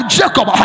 jacob